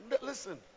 listen